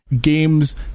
games